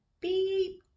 beep